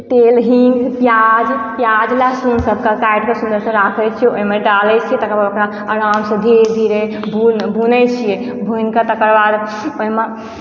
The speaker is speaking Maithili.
तेल हींग प्याज प्याज लहसुनसभ कड़कायकऽ फेर उसमे राखैत छियै ओहिमे डालय छियै तकर बाद ओकरा आरामसँ धीरे धीरे भुनय छियै भुनिके तकर बाद ओहिमे